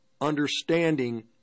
understanding